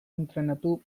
entrenatu